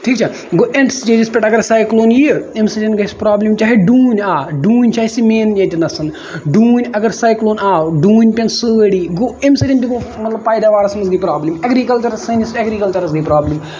ٹھیٖک چھا گوٚو اینڈ سِٹیجَس پٮ۪ٹھ اَگر سایکلوٗن ییہِ امہِ سۭتۍ گژھِ پروبلِم چاہے ڈوٗنۍ آ ڈوٗنۍ چھِ اَسہِ مین ییٚتہِ نسن ڈوٗنۍ اَگر سایکٔلوٗن آو ڈوٗنۍ پین سٲری گوٚو اَمہِ سۭتۍ دِمو مطلب پیداوارَس منٛز گے پروبلِم اٮ۪گرِکَلچرَس سٲنِس اٮ۪گرِکَلچرَس سٲنِس گے پروبلِم